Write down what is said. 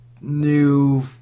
new